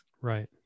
Right